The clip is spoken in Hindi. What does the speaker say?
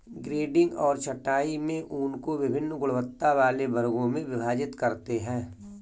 ग्रेडिंग और छँटाई में ऊन को वभिन्न गुणवत्ता वाले वर्गों में विभाजित करते हैं